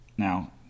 Now